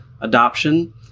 adoption